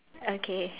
okay